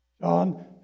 John